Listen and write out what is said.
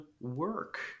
work